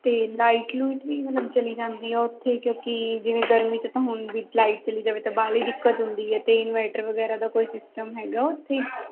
ਅਤੇ ਲਾਈਟ ਲੂਈਟ ਵੀ ਮਤਲਬ ਚਲੀ ਜਾਂਦੀ ਹੈ ਉੱਥੇ ਕਿਉਂਕਿ ਜਿਵੇਂ ਗਰਮੀ 'ਚ ਤਾਂ ਹੁਣ ਵੀ ਲਾਈਟ ਚਲੀ ਜਾਵੇ ਤਾਂ ਬਾਹਲੀ ਦਿੱਕਤ ਹੁੰਦੀ ਹੈ ਤਾਂ ਇੰਨਵਰਟਰ ਵਗੈਰਾ ਦਾ ਕੋਈ ਸਿਸਟਮ ਹੈਗਾ ਉੱਥੇ